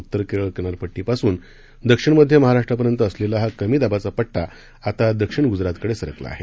उत्तर केरळ किनारपट्टीपासून दक्षिण मध्य महाराष्ट्रापर्यंत असलेला हा कमी दाबाचा पट्टा आता दक्षिण गुजरातकडे सरकला आहे